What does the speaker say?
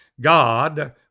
God